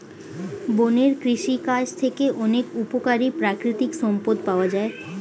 বনের কৃষিকাজ থেকে অনেক উপকারী প্রাকৃতিক সম্পদ পাওয়া যায়